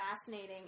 fascinating